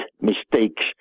mistakes